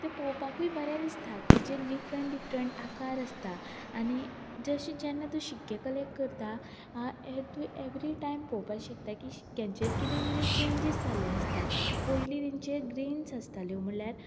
ते पोवपाकूय बरे दिसता तिजे डिफरंट डिफरंट आकार आसता आनी जर अशी जेन्ना शिक्के कलेक्ट करता हें तूं एवरी टायम पळोवपाक शकता की शिक्क्यांचेर किदें किदें चेंजीस जाल्ले आसता पयलीं तेंचे ग्रीन्स आसताल्यो म्हणल्यार